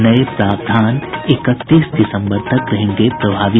नये प्रावधान इकतीस दिसंबर तक रहेंगे प्रभावी